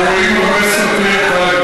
אנחנו רואים הרבה סרטים.